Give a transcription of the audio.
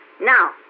Now